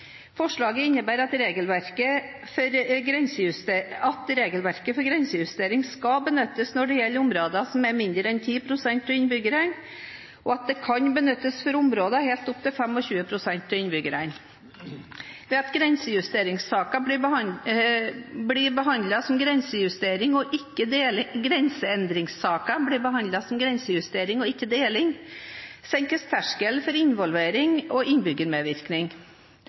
Forslaget innebærer at regelverket for grensejustering skal benyttes når det gjelder områder som har mindre enn 10 pst. av innbyggerne, og at det kan benyttes for områder helt opp til 25 pst. av innbyggerne. Ved at grenseendringssaker blir behandlet som grensejustering, og ikke deling, senkes terskelen for involvering og innbyggermedvirkning.